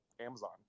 Amazon